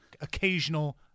Occasional